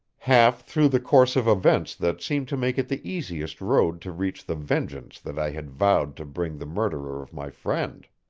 half through the course of events that seemed to make it the easiest road to reach the vengeance that i had vowed to bring the murderer of my friend.